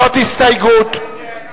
לא מסירים.